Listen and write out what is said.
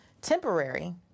temporary